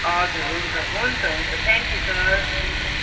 हजुर हुन्छ हुन्छ हुन्छ थ्याङ्कयू सर हुन्छ